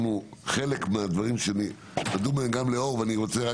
חלק מהדברים שאני אדון בהם גם לאור ואני רוצה גם